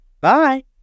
Bye